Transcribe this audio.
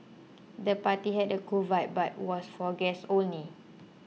the party had a cool vibe but was for guests only